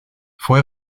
fue